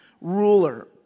ruler